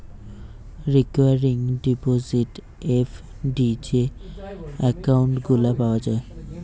recurring deposit, FD যে account গুলা পাওয়া যায়